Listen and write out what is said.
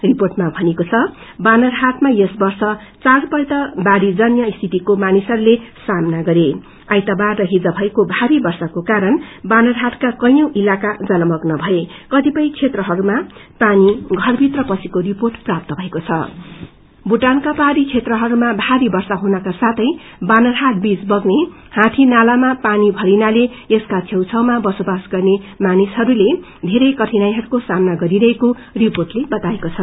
रिर्पोटमा भनिएको छ वानरहाटमा यस वर्ष चार पल्ट बाढ़ीजन्य स्थितिको मानिसहरूले सामना गरे आइतबार र हिज भएको भारी वर्षाको कारण बानरहाटका कैंयौ इलका जलमग्न भएं कतिपय क्षेत्रहरूमा पानी घरभित्र पसेको रिपोट प्राप्त भएको छं भूटानको पहाड़ी क्षेत्रहरूमा भारी वध्य हुनका साथै बानरहाट बीच बग्ने हाथीनालामा पानी भरिनाले यसका छेउछाउमा बसोबासो गर्ने मानिहसस्ले धेरै कठिनाईको सामना गरिरहेको रिर्पोटले बताएको छ